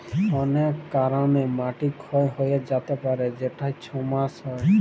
অলেক কারলে মাটি ক্ষয় হঁয়ে য্যাতে পারে যেটায় ছমচ্ছা হ্যয়